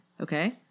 Okay